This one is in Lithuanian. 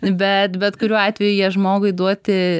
bet bet kuriuo atveju jie žmogui duoti